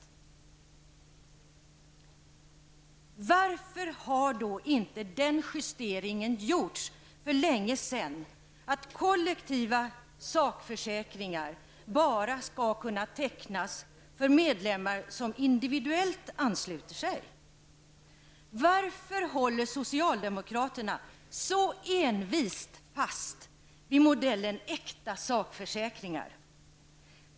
Varför har då inte den justeringen gjorts för länge sedan, att kollektiva sakförsäkringar bara skall kunna tecknas för medlemmar som individuellt ansluter sig? Varför håller socialdemokraterna så envist fast vid modellen äkta sakförsäkringar?